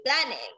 planning